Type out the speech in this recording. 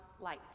light